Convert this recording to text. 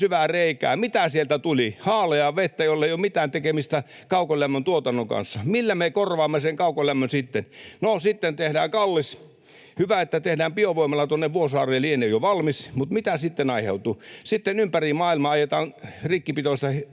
syvää reikää — mitä sieltä tuli? Haaleaa vettä, jolla ei ole mitään tekemistä kaukolämmön tuotannon kanssa. Millä me korvaamme sen kaukolämmön sitten? No, sitten tehdään kallis — hyvä, että tehdään — biovoimala tuonne Vuosaareen. Se lienee jo valmis, mutta mitä siitä aiheutuu? Sitten ympäri maailmaa ajetaan rikkipitoista